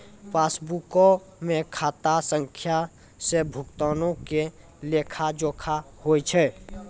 पासबुको मे खाता संख्या से भुगतानो के लेखा जोखा होय छै